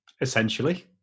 essentially